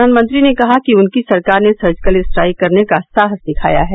प्रधानमंत्री ने कहा कि उनकी सरकार ने सर्जिकल स्ट्राइक करने का साहस दिखाया है